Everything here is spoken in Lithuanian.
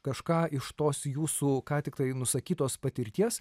kažką iš tos jūsų ką tik tai nusakytos patirties